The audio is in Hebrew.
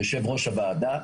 יו"ר הוועדה,